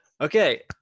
Okay